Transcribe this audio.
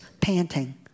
panting